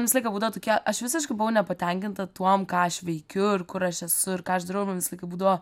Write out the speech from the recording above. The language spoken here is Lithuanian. man visą laiką būdavo tokia aš visiškai buvau nepatenkinta tuom ką aš veikiu ir kur aš esu ir ką aš darau man visą laiką būdavo